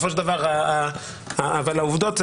אבל העובדות,